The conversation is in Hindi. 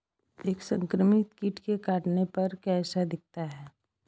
एक संक्रमित कीट के काटने पर कैसा दिखता है?